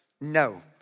no